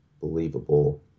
believable